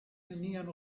nenian